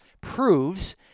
proves